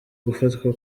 gufatwa